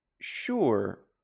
sure